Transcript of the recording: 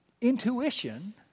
intuition